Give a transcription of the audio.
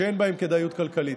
שאין בהם כדאיות כלכלית.